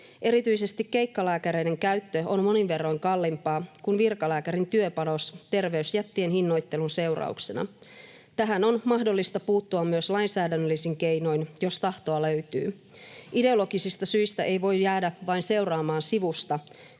Erityisesti keikkalääkäreiden käyttö on monin verroin kalliimpaa kuin virkalääkärin työpanos terveysjättien hinnoittelun seurauksena. Tähän on mahdollista puuttua myös lainsäädännöllisin keinoin, jos tahtoa löytyy. Ideologisista syistä ei voi jäädä vain seuraamaan sivusta,